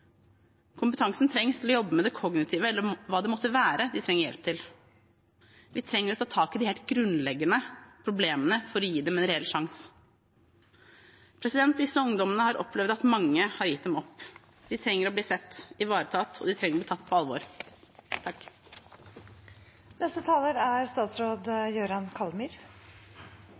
hjelp til. Vi trenger å ta tak i de helt grunnleggende problemene for å gi dem en reell sjanse. Disse ungdommene har opplevd at mange har gitt dem opp. De trenger å bli sett og ivaretatt, og de trenger å bli tatt på alvor. Jeg vil vise til representantforslaget fra stortingsrepresentantene Jan Bøhler, Lene Vågslid, Maria Aasen-Svensrud og Jonas Gahr Støre og innstillingen fra justiskomiteen. Jeg synes det er